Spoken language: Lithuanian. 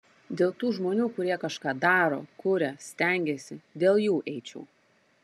dėl tų žmonių kurie kažką daro kuria stengiasi dėl jų eičiau